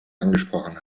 angesprochen